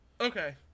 okay